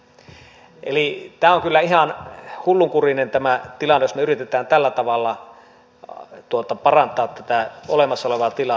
eli tämä tilanne on kyllä ihan hullunkurinen jos me yritämme tällä tavalla parantaa tätä olemassa olevaa tilaa